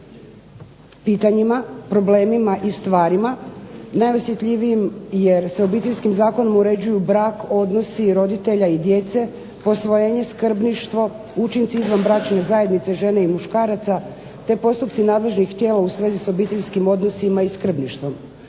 pitanjima, problemima i stvarima najosjetljivijim jer se Obiteljskim zakonom uređuju brak, odnosni roditelja i djece, posvojenje, skrbništvo, učinci izvanbračne zajednice žene i muškaraca, ta postupci nadležnih tijela u svezi s obiteljskim odnosima i skrbništvom.